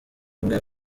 umwe